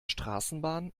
straßenbahn